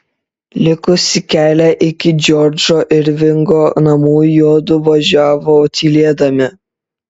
likusį kelią iki džordžo irvingo namų juodu važiavo tylėdami